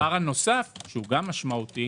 דבר נוסף משמעותי